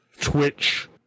Twitch